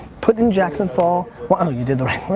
put in jackson fall. you did the right